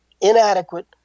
inadequate